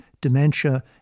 dementia